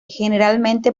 generalmente